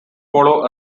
follow